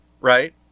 right